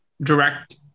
direct